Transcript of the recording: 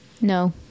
No